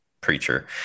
preacher